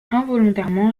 involontairement